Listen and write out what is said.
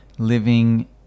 Living